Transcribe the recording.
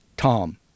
Tom